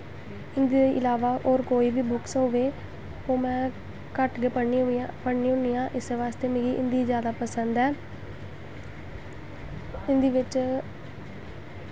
हिन्दी दे इलावा होर कोई बुक्स होए ओह् में घट्ट गै पढ़नी होन्नी आं इस्सै बास्तै मिगी हिन्दी जादा पसंद ऐ हिन्दी बिच्च